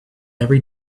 every